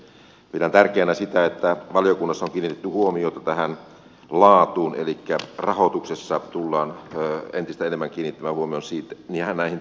pidän tärkeänä sitä että valiokunnassa on kiinnitetty huomiota laatuun elikkä rahoituksessa tullaan entistä enemmän kiinnittämään huomiota ihan näihin tuloksiin